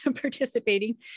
participating